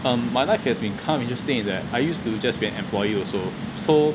um my life it has been calm interesting is that I used to just be an employee also so